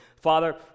Father